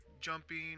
jumping